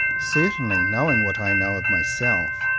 certainly, knowing what i know of myself,